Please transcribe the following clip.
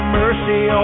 mercy